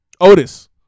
Otis